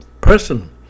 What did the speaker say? person